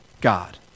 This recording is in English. God